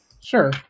Sure